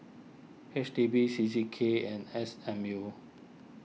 H D B C C K and S M U